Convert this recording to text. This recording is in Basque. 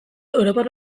europar